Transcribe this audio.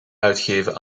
uitgeven